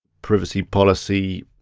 privacy policy,